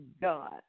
God